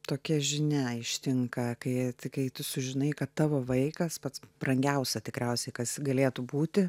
tokia žinia ištinka kai kai tu sužinai kad tavo vaikas pats brangiausia tikriausiai kas galėtų būti